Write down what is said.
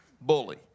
Bully